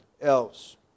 else